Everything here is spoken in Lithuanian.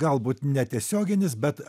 galbūt netiesioginis bet